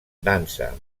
dansa